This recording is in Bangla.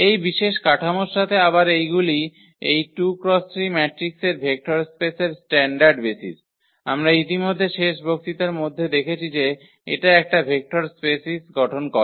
এই বিশেষ কাঠামোর সাথে আবার এইগুলি এই 2 × 3 ম্যাট্রিক্সের ভেক্টর স্পেসের স্ট্যান্ডার্ড বেসিস আমরা ইতিমধ্যে শেষ বক্তৃতার মধ্যে দেখেছি যে এটা একটা ভেক্টর স্পেসটি গঠন করে